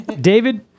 David